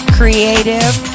creative